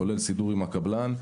כולל סידור עם הקבלן,